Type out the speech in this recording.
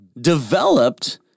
developed